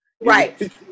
right